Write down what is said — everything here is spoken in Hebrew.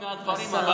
אורית פרקש, בבקשה.